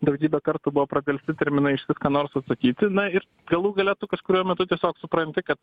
daugybę kartų buvo pradelsti terminai iš vis ką nors atsakyti na ir galų gale tu kažkuriuo metu tiesiog supranti kad